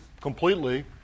completely